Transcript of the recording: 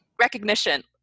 recognition